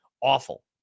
awful